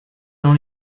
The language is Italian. non